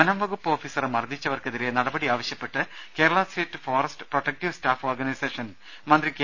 വനംവകുപ്പ് ഓഫീസറെ മർദ്ദിച്ചവർക്കെതിരെ നടപടി ആവശൃപ്പെട്ട് Kerala state forest protective staff organisation മന്ത്രി കെ